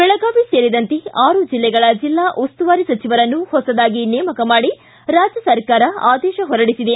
ಬೆಳಗಾವಿ ಸೇರಿದಂತೆ ಆರು ಜಿಲ್ಲೆಗಳ ಜಿಲ್ಲಾ ಉಸ್ತುವಾರಿ ಸಚಿವರನ್ನು ಹೊಸದಾಗಿ ನೇಮಕ ಮಾಡಿ ರಾಜ್ಯ ಸರ್ಕಾರ ಆದೇಶ ಹೊರಡಿಸಿದೆ